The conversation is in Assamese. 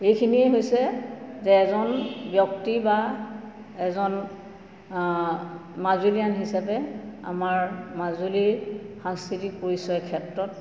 এইখিনিয়েই হৈছে যে এজন ব্যক্তি বা এজন মাজুলিয়ান হিচাপে আমাৰ মাজুলীৰ সাংস্কৃতিক পৰিচয়ৰ ক্ষেত্ৰত